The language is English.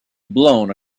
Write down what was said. blown